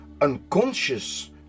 unconscious